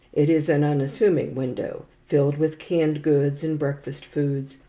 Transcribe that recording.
it is an unassuming window, filled with canned goods and breakfast foods,